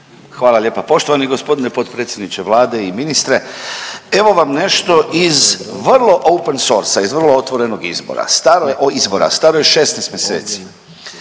Hvala lijepa. Poštovani gospodine potpredsjedniče Vlade i ministre, evo vam nešto iz vrlo open source-a iz vrlo otvorenog izbora, staro, izvora, staro je 16 mjeseci.